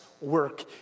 work